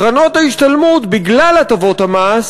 קרנות ההשתלמות, בגלל הטבות המס,